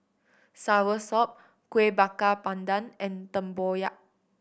soursop Kueh Bakar Pandan and tempoyak